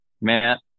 Matt